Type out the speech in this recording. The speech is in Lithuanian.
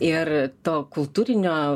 ir to kultūrinio